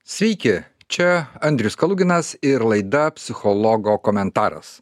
sveiki čia andrius kaluginas ir laida psichologo komentaras